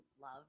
love